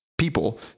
People